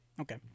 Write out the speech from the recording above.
Okay